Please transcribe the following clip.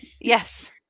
Yes